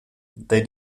did